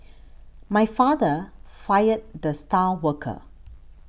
my father fired the star worker